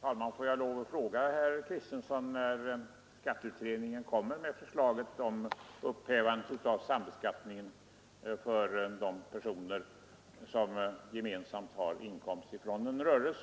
talman! Får jag lov att fråga herr Kristenson när skatteutredningen kommer med förslag om upphävande av sambeskattningen för de personer som gemensamt har inkomst från en rörelse.